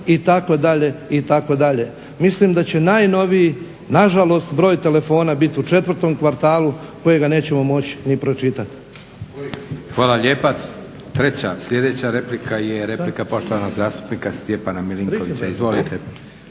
itd., itd. Mislim da će najnoviji nažalost broj telefona biti u 4.kvartalu kojega nećemo moći ni pročitati. **Leko, Josip (SDP)** Hvala lijepa. Treća sljedeća replika je replika poštovanog zastupnika Stjepana Milinkovića. Izvolite.